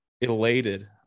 elated